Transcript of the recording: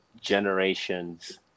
generations